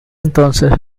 entonces